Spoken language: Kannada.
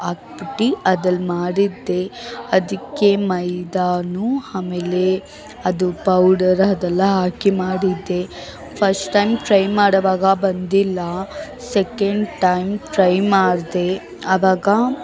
ಹಾಕ್ಬಿಟ್ಟು ಅದಲ್ಲಿ ಮಾಡಿದ್ದೆ ಅದಕ್ಕೆ ಮೈದಾನು ಆಮೇಲೆ ಅದು ಪೌಡರ್ ಅದೆಲ್ಲ ಹಾಕಿ ಮಾಡಿದ್ದೆ ಫಶ್ಟ್ ಟೈಮ್ ಟ್ರೈ ಮಾಡೋವಾಗ ಬಂದಿಲ್ಲ ಸೆಕೆಂಡ್ ಟೈಮ್ ಟ್ರೈ ಮಾಡ್ದೆ ಆವಾಗ